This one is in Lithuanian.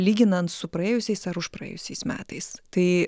lyginant su praėjusiais ar užpraėjusiais metais tai